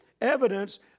evidence